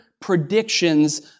predictions